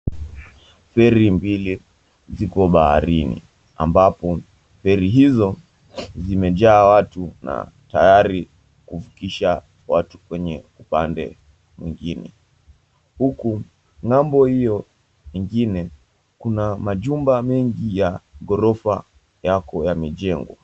Feri mbili ziko baharini ambapo feri hizo zimejaa watu na tayari kufikisha watu kwenye upande mwingine huku ng'ambo hio ingine kuna majumba mengi ya ghorofa yako yamejengwa.